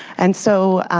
and so